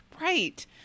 right